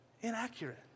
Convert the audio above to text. inaccurate